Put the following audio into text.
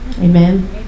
amen